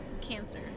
Cancer